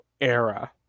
era